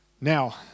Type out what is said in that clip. Now